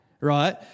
right